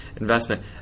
investment